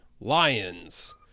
Lions